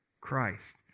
Christ